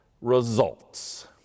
results